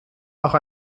auch